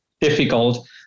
difficult